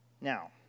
Now